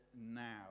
now